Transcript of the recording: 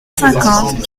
cinquante